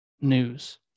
news